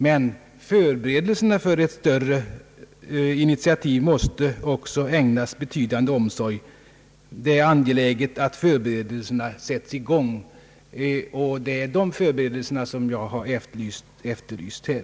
Men förberedelserna för ett större initiativ måste också ägnas betydande omsorg. Det är angeläget att förberedelserna sätts i gång, och det är dessa förberedelser som jag har efterlyst här.